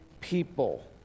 people